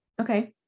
Okay